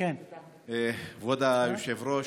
כבוד היושב-ראש,